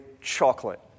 chocolate